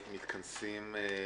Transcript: סדר-היום: